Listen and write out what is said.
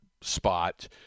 spot